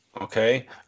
Okay